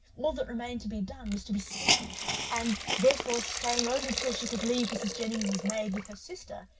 all that remained to be done was to be speedy and, therefore staying only till she could leave mrs. jennings's maid with her sister,